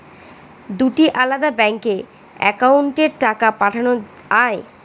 দুটি আলাদা ব্যাংকে অ্যাকাউন্টের টাকা পাঠানো য়ায়?